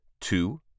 two